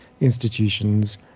institutions